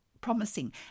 promising